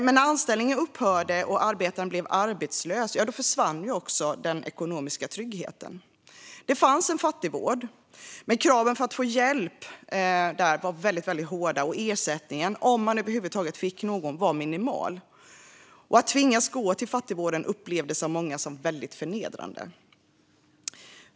Men när anställningen upphörde och arbetaren blev arbetslös försvann också den ekonomiska tryggheten. Det fanns en fattigvård, men kraven för att kunna få hjälp var hårda och ersättningen, om man över huvud taget fick någon, minimal. Att tvingas gå till fattigvården upplevdes också av många som väldigt förnedrande.